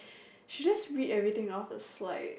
she just read everything off the slide